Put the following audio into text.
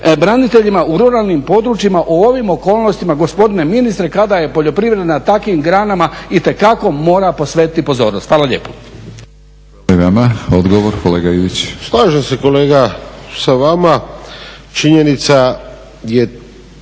braniteljima u ruralnim područjima o ovim okolnostima gospodine ministre kada je poljoprivreda na tankim granama itekako mora posvetiti pozornost. Hvala lijepo.